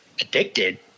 addicted